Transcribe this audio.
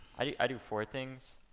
i do four things.